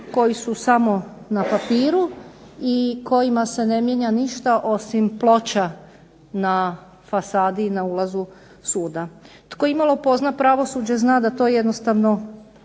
koji su samo na papiru i kojima se ne mijenja ništa osim ploča na fasadi i na ulazu suda. Tko imalo pozna pravosuđe zna da to jednostavno